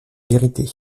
vérité